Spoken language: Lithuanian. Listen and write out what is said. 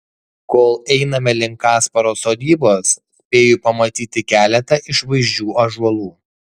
kol einame link kasparo sodybos spėju pamatyti keletą išvaizdžių ąžuolų